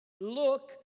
look